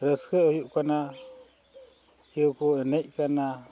ᱨᱟᱹᱥᱠᱟᱹᱜ ᱦᱩᱭᱩᱜ ᱠᱟᱱᱟ ᱠᱮᱣ ᱠᱚ ᱮᱱᱮᱡ ᱠᱟᱱᱟ